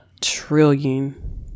Trillion